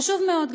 חשוב מאוד,